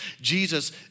Jesus